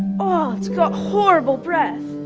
oh, it's got horrible breath.